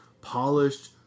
polished